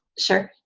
sure.